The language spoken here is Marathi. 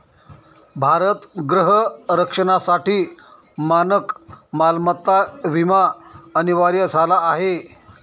भारत गृह रक्षणासाठी मानक मालमत्ता विमा अनिवार्य झाला आहे